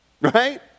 right